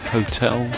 Hotel